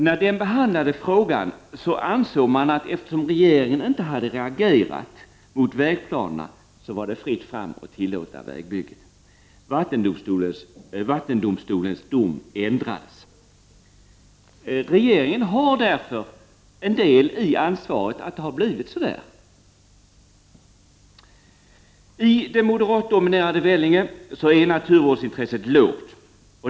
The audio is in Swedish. När denna behandlade frågan ansåg man att eftersom regeringen inte reagerat mot vägplanerna var det fritt fram att tillåta vägbygget. Vattendomstolens dom ändrades. Regeringen har därför del i ansvaret för att det har blivit som det är. I det moderatdominerade Vellinge är naturvårdsintresset litet.